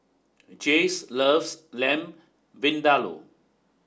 Jayce loves Lamb Vindaloo